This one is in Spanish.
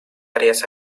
áreas